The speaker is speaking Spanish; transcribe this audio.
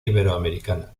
iberoamericana